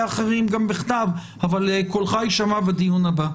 אחרים בכתב אבל קולך יישמע בדיון הבא.